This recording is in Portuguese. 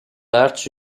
artes